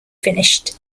finished